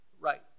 Right